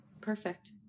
Perfect